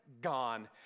gone